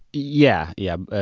yeah, yeah.